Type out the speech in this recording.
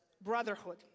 brotherhood